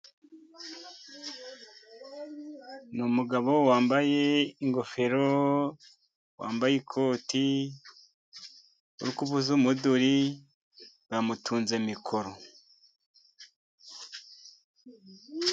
Ni umugabo wambaye ingofero ,wambaye ikoti ,Ari kuvuza umuduri, bamutunze mikoro.